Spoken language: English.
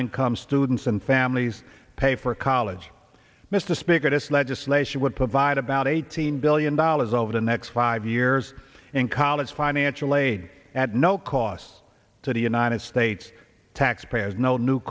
income students and families pay for college mr speaker just legislation would provide about eighteen billion dollars over the next five years in college financial aid at no cost to the united states taxpayers no new